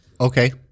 Okay